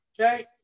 okay